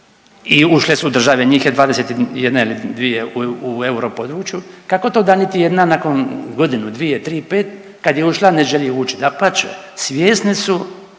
i ušle su države, njih je 21 ili 2 u europodručju, kako to da niti jedna nakon godinu, dvije, tri, pet, kad je ušla ne želi ući? Dapače, svjesni su